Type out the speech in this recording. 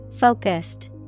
Focused